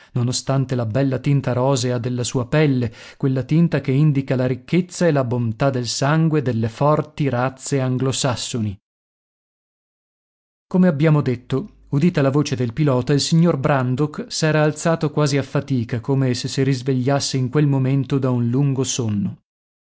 nonostante la bella tinta rosea della sua pelle quella tinta che indica la ricchezza e la bontà del sangue delle forti razze anglosassoni come abbiamo detto udita la voce del pilota il signor brandok s'era alzato quasi a fatica come se si risvegliasse in quel momento da un lungo sonno